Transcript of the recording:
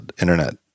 internet